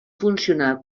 funcionar